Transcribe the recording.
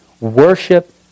Worship